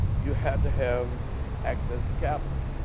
you had to have access to capital.